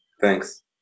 Thanks